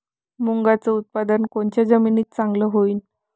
मुंगाचं उत्पादन कोनच्या जमीनीत चांगलं होईन?